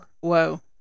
whoa